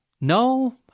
No